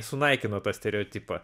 sunaikino tą stereotipą